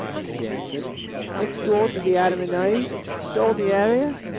she answered next door to the adam and eve down the area.